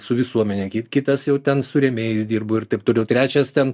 su visuomene kitas jau ten su rėmėjais dirbo ir taip toliau trečias ten